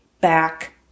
back